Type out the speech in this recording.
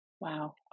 Wow